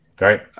Right